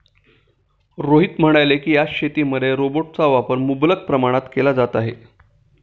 रोहित म्हणाले की, आज शेतीमध्ये रोबोटचा वापर मुबलक प्रमाणात केला जात आहे